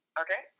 okay